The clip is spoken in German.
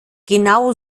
genau